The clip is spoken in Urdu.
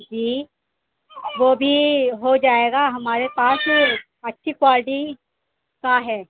جی وہ بھی ہو جائے گا ہمارے پاس اچھی کوالٹی کا ہے